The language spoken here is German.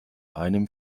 einem